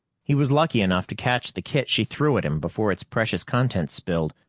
he was lucky enough to catch the kit she threw at him before its precious contents spilled.